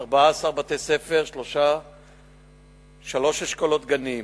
14 בתי-ספר ושלושה אשכולות גנים,